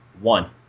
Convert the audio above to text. One